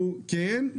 כן.